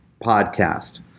podcast